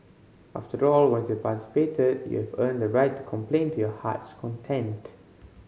after all once you participated you have earned the right to complain to your heart's content